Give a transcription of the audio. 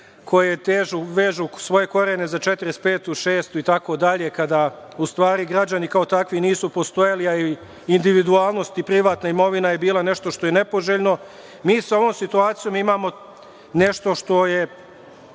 koje vežu svoje korene za 1945, 1946. godinu itd, kada u stvari građani kao takvi nisu postojali, a individualnost i privatna imovina je bila nešto što je nepoželjno. Mi sa ovom situacijom imamo nešto što je